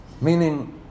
Meaning